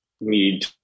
need